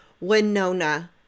Winona